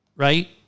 Right